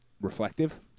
reflective